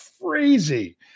crazy